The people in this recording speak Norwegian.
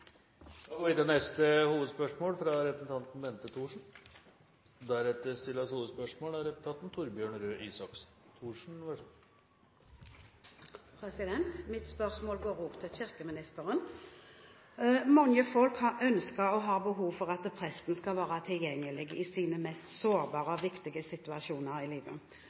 Mitt spørsmål går også til kirkeministeren. Mange folk ønsker og har behov for at presten skal være tilgjengelig i sine mest sårbare og viktige situasjoner i livet.